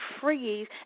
freeze